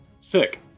sick